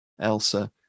Elsa